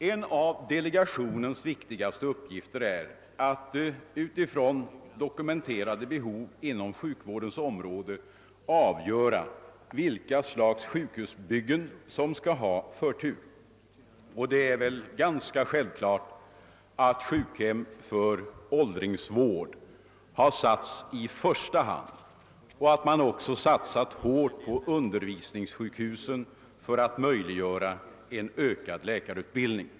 En av delegationens viktigaste uppgifter är att utifrån dokumenterade behov på sjukvårdens område avgöra vilka slags sjukhusbyggen som skall ha förtur. Det är ganska självklart att sjukhem för åldringsvård därvid satts i främsta rummet och att man även satsat hårt på undervisningssjukhusen för att möjliggöra en ökning av läkarutbildningen.